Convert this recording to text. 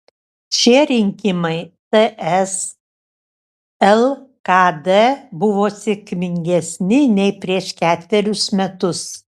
šie rinkimai ts lkd buvo sėkmingesni nei prieš ketverius metus